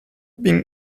been